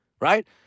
Right